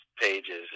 Pages